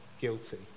guilty